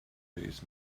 days